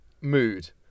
mood